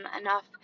enough